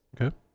Okay